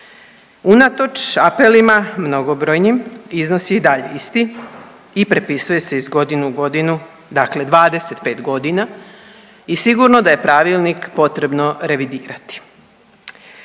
Unatoč apelima mnogobrojnim, iznos je i dalje isti i prepisuje se iz godine u godinu, dakle 25 godina i sigurno da je Pravilnik potrebno revidirati.